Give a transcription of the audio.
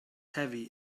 heavy